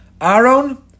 Aaron